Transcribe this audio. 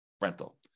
rental